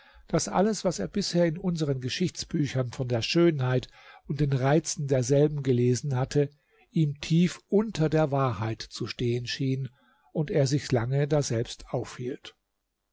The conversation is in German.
daß alles was er bisher in unsern geschichtsbüchern von der schönheit und den reizen derselben gelesen hatte ihm tief unter der wahrheit zu stehen schien und er sich lange daselbst aufhielt